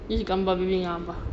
just gambar baby dengan abah